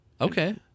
okay